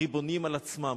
ריבונים על עצמם,